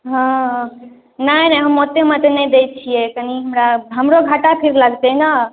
हाँ नहि नहि हम ओतेकमे तऽ नहि दै छिए कनि हमरा हमरो घाटा फेर लागतै ने